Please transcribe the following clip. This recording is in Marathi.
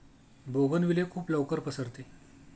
बोगनविले खूप लवकर पसरते